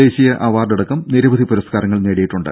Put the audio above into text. ദേശീയ അവാർഡ് അടക്കം നിരവധി പുരസ്കാരങ്ങൾ നേടിയിട്ടുണ്ട്